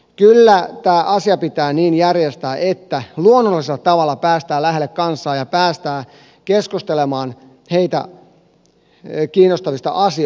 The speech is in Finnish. kyllä tämä asia pitää järjestää niin että luonnollisella tavalla päästään lähelle kansaa ja päästään keskustelemaan heitä kiinnostavista asioista